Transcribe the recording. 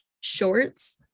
shorts